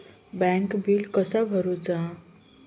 बँकेत बिल कसा भरुचा?